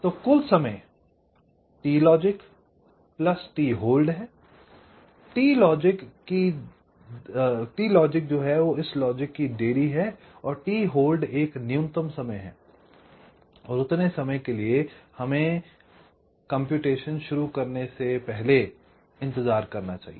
तो कुल समय टी लॉजिक टी होल्ड है टी लॉजिक इस लॉजिक की देरी है और टी होल्ड एक न्यूनतम समय है और उतने समय के लिए हमें गणना शुरू करने से पहले इंतजार करना चाहिए